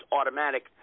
automatic